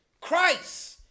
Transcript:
Christ